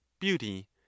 beauty